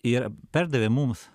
ir perdavė mums